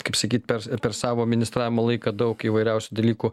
kaip sakyti per per savo ministravimo laiką daug įvairiausių dalykų